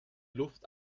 luft